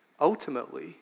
Ultimately